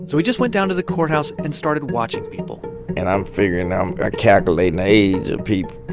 so he just went down to the courthouse and started watching people and i'm figuring, i'm calculating the age of people.